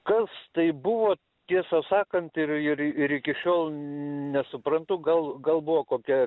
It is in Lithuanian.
kas tai buvo tiesą sakant ir ir ir iki šiol nesuprantu gal gal buvo kokia